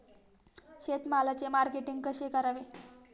शेतमालाचे मार्केटिंग कसे करावे?